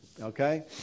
Okay